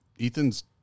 ethan's